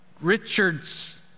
Richard's